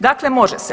Dakle može se.